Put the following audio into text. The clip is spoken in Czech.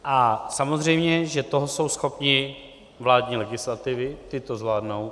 A samozřejmě, že toho jsou schopni vládní legislativy, ty to zvládnou.